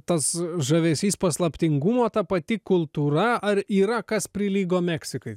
tas žavesys paslaptingumo ta pati kultūra ar yra kas prilygo meksikai